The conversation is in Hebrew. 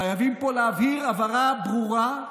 חייבים להבהיר הבהרה ברורה: